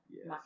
Yes